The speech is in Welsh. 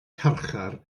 carchar